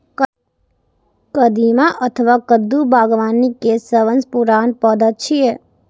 कदीमा अथवा कद्दू बागबानी के सबसं पुरान पौधा छियै